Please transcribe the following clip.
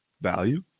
value